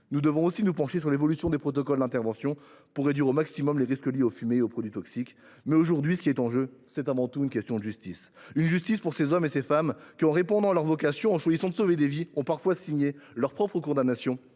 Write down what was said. nous faut aussi nous pencher sur l’évolution des protocoles d’intervention pour réduire au maximum les risques liés aux fumées et aux produits toxiques. Aujourd’hui, ce qui est en jeu, c’est avant tout une question de justice : justice pour ces hommes et ces femmes qui, en répondant à leur vocation, en choisissant de sauver des vies, ont parfois signé leur propre condamnation,